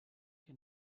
que